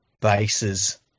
bases